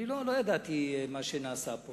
לא ידעתי מה שנעשה פה